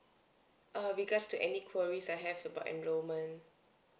err because to any queries I have about enrolment